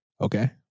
Okay